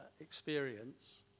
experience